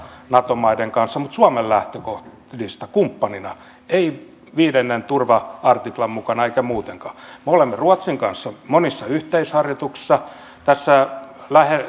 nato maiden kanssa mutta suomen lähtökohdista kumppanina emme viiden turva artiklan mukana emmekä muutenkaan me olemme ruotsin kanssa monissa yhteisharjoituksissa tässä